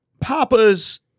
Papa's